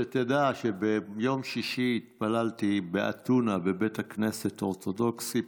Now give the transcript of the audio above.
שתדע שביום שישי התפללתי באתונה בבית הכנסת האורתודוקסי.